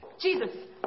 Jesus